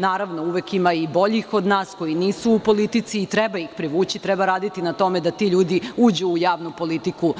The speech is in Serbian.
Naravno, uvek ima i boljih od nas, koji nisu u politici i treba ih privući, treba raditi na tome da ti ljudi uđu u javnu politiku,